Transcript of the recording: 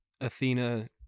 Athena